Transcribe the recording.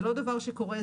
זה לא דבר שקורה,